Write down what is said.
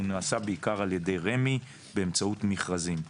הוא נעשה בעיקר על ידי רמ"י באמצעות מכרזים.